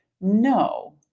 No